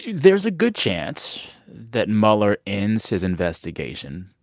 there's a good chance that mueller ends his investigation,